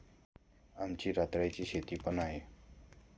आमची रताळ्याची शेती पण आहे